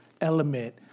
element